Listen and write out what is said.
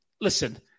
listen